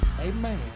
amen